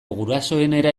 gurasoenera